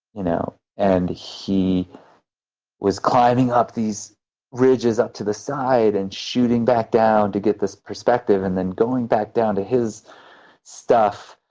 you know and he was climbing these ridges up to the side and shooting back down to get this perspective, and then going back down to his stuff.